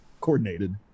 coordinated